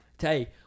Hey